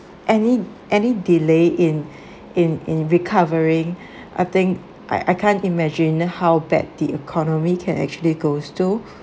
any any delay in in in recovering I think I I can't imagine how bad the economy can actually goes to